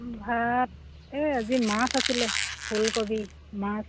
ভাত এই আজি মাছ আছিলে ফুলকবি মাছ